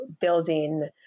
building